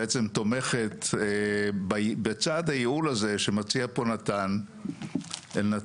בעצם תומכת בצעד הייעול הזה שמציע פה נתן אלנתן.